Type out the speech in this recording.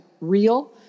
real